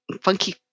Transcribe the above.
funky